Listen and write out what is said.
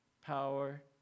power